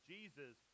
Jesus